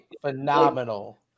phenomenal